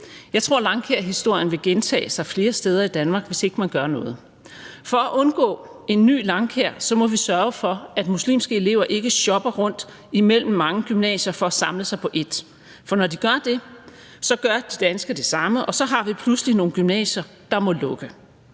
Jeg tror, Langkaerhistorien vil gentage sig flere steder i Danmark, hvis ikke man gør noget. For at undgå en ny Langkaer må vi sørge for, at muslimske elever ikke shopper rundt imellem mange gymnasier for at samle sig på ét, for når de gør det, gør de danske det samme, og så har vi pludselig nogle gymnasier, der må lukke.